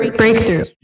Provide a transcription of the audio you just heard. breakthrough